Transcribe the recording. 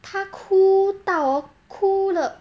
她哭到 hor 哭了